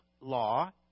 law